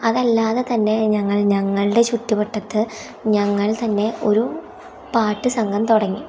അതല്ലാതെ തന്നെ ഞങ്ങൾ ഞങ്ങളുടെ ചുറ്റുവട്ടത്ത് ഞങ്ങൾ തന്നെ ഒരു പാട്ട് സംഘം തുടങ്ങി